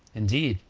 indeed!